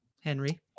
Henry